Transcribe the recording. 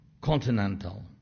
continental